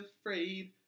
afraid